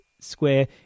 square